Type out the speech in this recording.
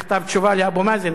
אין צורך במכתב תשובה,